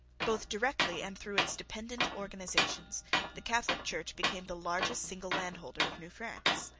both directly and through its dependent organizations the catholic church became the largest single landholder of new france.